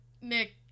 Nick